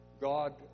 God